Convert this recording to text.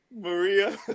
Maria